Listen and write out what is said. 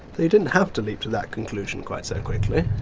you didn't have to leap to that conclusion quite so quickly.